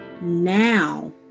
Now